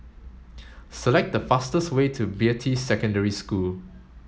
select the fastest way to Beatty Secondary School